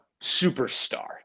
superstar